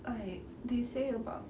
like they say about